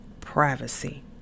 privacy